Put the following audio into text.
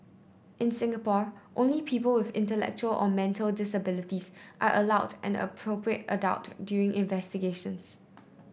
in Singapore only people with intellectual or mental disabilities are allowed an appropriate adult during investigations